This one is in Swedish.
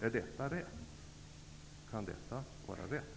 Kan det vara rätt?